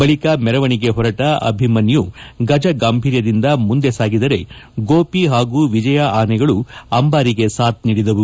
ಬಳಿಕ ಮೆರವಣಿಗೆ ಹೊರಟ ಅಭಿಮನ್ನು ಗಜ ಗಾಂಭೀರ್ಯದಿಂದ ಮುಂದೆ ಸಾಗಿದರೆ ಗೋಪಿ ಹಾಗೂ ವಿಜಯ ಆನೆಗಳು ಅಂಬಾರಿಗೆ ಸಾಥ್ ನೀಡಿದವು